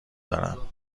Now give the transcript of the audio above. دارم